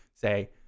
say